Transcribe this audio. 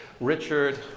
Richard